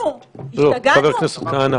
היות ואני משתדל להיות אדם פרגמטי,